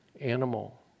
animal